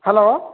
hello